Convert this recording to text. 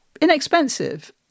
inexpensive